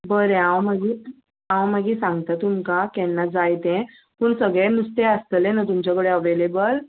बरें हांव मागी हांव मागीर सांगता तुमकां केन्ना जाय तें पूण सगळें नुस्तें आसतलें न्हू तुमचे कडेन अवेलेबल